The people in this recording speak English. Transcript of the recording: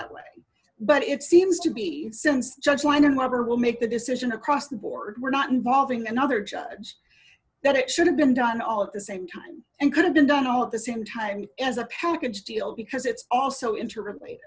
that way but it seems to be since judge when a mother will make the decision across the board we're not involving another judge that it should have been done all at the same time and could've been done all at the same time as a package deal because it's also inter